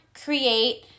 create